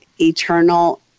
eternal